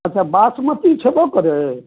अच्छा वासमती छेबो करै